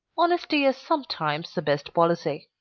honesty is sometimes the best policy.